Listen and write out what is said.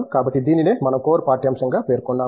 కాబట్టి దీనినే మనం కోర్ పాఠ్యాంశంగా పేర్కొన్నాము